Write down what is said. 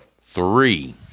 three